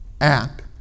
act